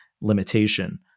limitation